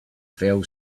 fell